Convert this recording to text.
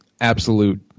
absolute